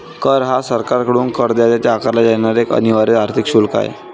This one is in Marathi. कर हा सरकारकडून करदात्यावर आकारला जाणारा एक अनिवार्य आर्थिक शुल्क आहे